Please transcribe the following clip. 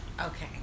Okay